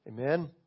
Amen